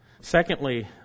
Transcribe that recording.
Secondly